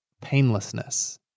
painlessness